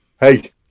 Hey